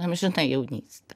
amžina jaunyste